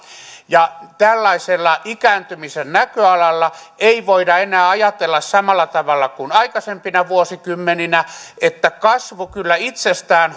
ja tällaisella ikääntymisen näköalalla ei voida enää ajatella samalla tavalla kuin aikaisempina vuosikymmeninä että kasvu kyllä itsestään